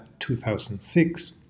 2006